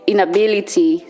Inability